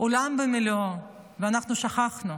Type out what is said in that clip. עולם ומלואו, ואנחנו שכחנו.